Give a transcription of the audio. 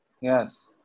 Yes